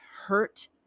hurt